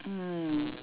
mm